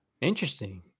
Interesting